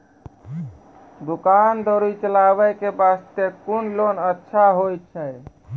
दुकान दौरी चलाबे के बास्ते कुन लोन अच्छा होय छै?